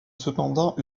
cependant